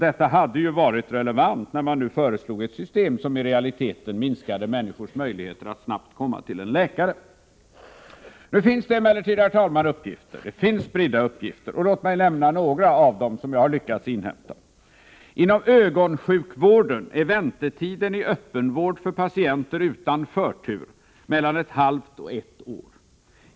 Detta hade varit relevant, när man nu föreslog ett system som i realiteten minskade människors möjligheter att snabbt komma till en läkare. Det finns emellertid, herr talman, spridda uppgifter om kösituationen. Låt mig nämna några av dem, som jag har lyckats inhämta. Inom ögonsjukvården är väntetiden i öppenvård för patienter utan förtur mellan ett halvt och ett år.